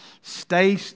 stay